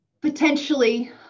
potentially